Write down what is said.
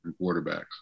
quarterbacks